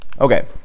Okay